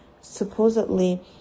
supposedly